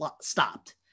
stopped